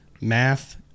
math